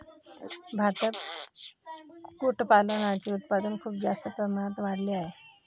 भारतात कुक्कुटपालनाचे उत्पादन खूप जास्त प्रमाणात वाढले आहे